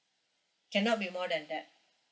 cannot be more than that